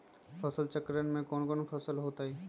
फसल चक्रण में कौन कौन फसल हो ताई?